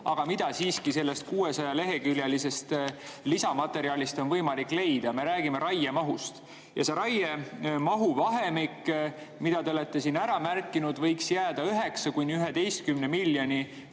kuid mida siiski sellest 600-leheküljelisest lisamaterjalist on võimalik leida. Me räägime raiemahust. See raiemahu vahemik, mida te olete siin ära märkinud, võiks jääda 9–11 miljoni